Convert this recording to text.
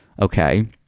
Okay